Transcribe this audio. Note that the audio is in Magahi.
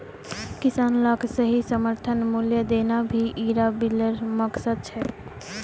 किसान लाक सही समर्थन मूल्य देना भी इरा बिलेर मकसद छे